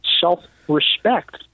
self-respect